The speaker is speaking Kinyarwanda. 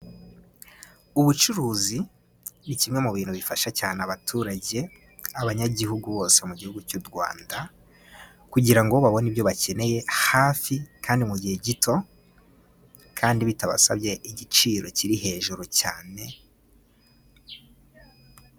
Ubucuruzi ni kimwe mu bintu bifasha cyane abaturage, abanyagihugu bose mu gihugu cy'u Rwanda, kugira ngo babone ibyo bakeneye hafi kandi mu gihe gito, kandi bitabasabye igiciro kiri hejuru cyane.